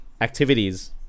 activities